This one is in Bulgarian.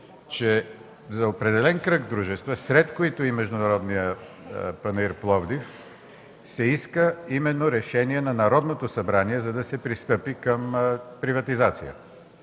че за определен кръг дружества, сред които и „Международен панаир – Пловдив”, се иска именно решение на Народното събрание, за да се пристъпи към приватизация.